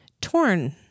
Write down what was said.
torn